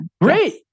great